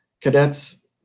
Cadets